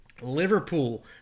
Liverpool